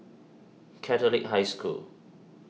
Catholic High School